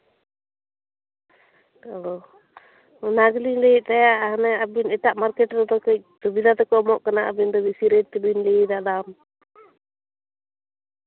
ᱚ ᱚᱱᱟ ᱜᱮᱞᱤᱧ ᱞᱟᱹᱭᱮᱜ ᱛᱟᱸᱦᱮᱜ ᱮᱴᱟᱜ ᱢᱟᱨᱠᱮᱴ ᱨᱮᱫᱚ ᱠᱟᱹᱪ ᱥᱩᱵᱤᱫᱷᱟ ᱛᱮᱠᱚ ᱮᱢᱚᱜ ᱠᱟᱱᱟ ᱟᱹᱵᱤᱱ ᱫᱚ ᱵᱮᱥᱤ ᱨᱮᱴ ᱜᱮᱵᱮᱱ ᱞᱟᱹᱭ ᱮᱫᱟ ᱫᱟᱢ